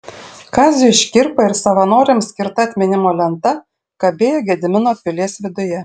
kaziui škirpai ir savanoriams skirta atminimo lenta kabėjo gedimino pilies viduje